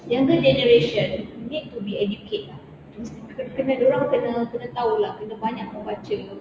younger generation need to be educate mesti kena dorang kena kena tahu lah kena banyak membaca